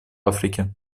африке